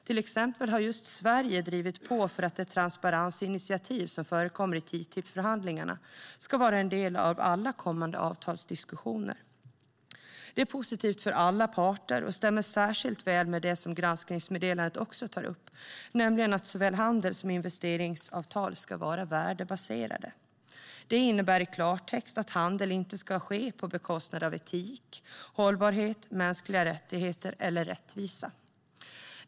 Till exempel har just Sverige drivit på för att det transparensinitiativ som förekommer i TTIP-förhandlingarna ska vara en del av alla kommande avtalsdiskussioner. Det är positivt för alla parter och stämmer särskilt väl med det som granskningsmeddelandet också tar upp, nämligen att såväl handels som investeringsavtal ska vara värdebaserade. Det innebär i klartext att handel inte ska ske på bekostnad av etik, hållbarhet, mänskliga rättigheter eller rättvisa.